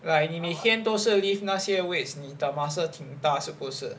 like 你每天都是 lift 那些 weights 你的 muscle 挺大是不是